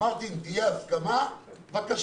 אמרתי: אם תהיה הסכמה בבקשה.